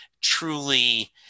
truly